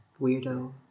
weirdo